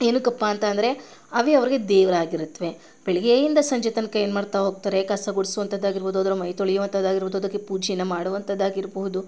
ಏನಕ್ಕಪ್ಪ ಅಂತ ಅಂದ್ರೆ ಅವೇ ಅವರಿಗೆ ದೇವರಾಗಿರುತ್ತವೆ ಬೆಳಗ್ಗೆಯಿಂದ ಸಂಜೆ ತನಕ ಏನು ಮಾಡ್ತಾ ಹೋಗ್ತಾರೆ ಕಸ ಗುಡಿಸುವಂಥದ್ದಾಗಿರ್ಬೋದು ಅದರೆ ಮೈ ತೊಳಿಯುವಂಥದ್ದಾಗಿರ್ಬೋದು ಅದಕ್ಕೆ ಪೂಜೆನ ಮಾಡುವಂಥದ್ದಾಗಿರ್ಬೋದು